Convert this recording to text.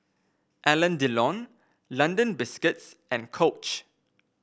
Alain Delon London Biscuits and Coach